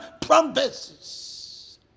promises